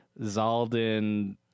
Zaldin